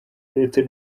ndetse